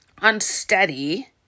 unsteady